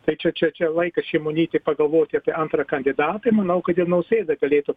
tai čia čia čia laikas šimonytei pagalvoti apie antrą kandidatą ir manau kad nausėda galėtų